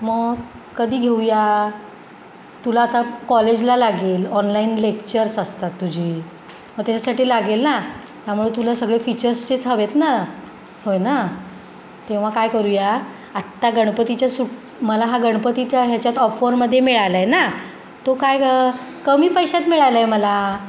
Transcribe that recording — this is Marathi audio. मग कधी घेऊया तुला आता कॉलेजला लागेल ऑनलाईन लेक्चर्स असतात तुझी मग त्याच्यासाठी लागेल ना त्यामुळे तुला सगळे फीचर्सचेच हवे आहेत ना होय ना तेव्हा काय करूया आत्ता गणपतीच्या सुट मला हा गणपतीच्या ह्याच्यात ऑफरमध्ये मिळाला आहे ना तो काय क कमी पैशात मिळाला आहे मला